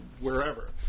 wherever